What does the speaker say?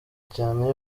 cyane